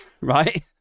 right